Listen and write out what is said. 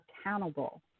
accountable